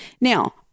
Now